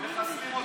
מחסלים אותם.